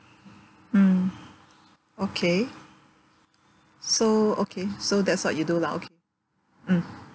mm okay so okay so that's what you do lah okay mm